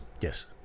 Yes